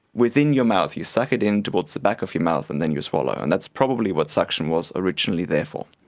within your mouth you suck it in towards the back of your mouth and then you swallow, and that's probably what suction was originally there for.